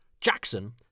Jackson